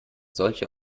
solche